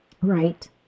Right